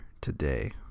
today